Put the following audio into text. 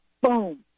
Boom